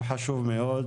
הוא חשוב מאוד,